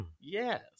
Yes